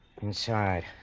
Inside